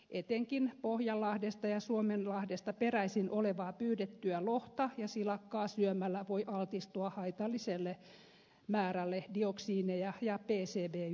etenkin pohjanlahdesta ja suomenlahdesta pyydettyä lohta ja silakkaa syömällä voi altistua haitalliselle määrälle dioksiineja ja pcb yhdisteitä